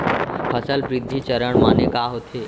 फसल वृद्धि चरण माने का होथे?